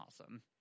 awesome